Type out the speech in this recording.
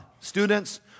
Students